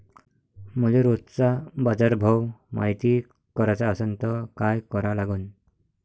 मले रोजचा बाजारभव मायती कराचा असन त काय करा लागन?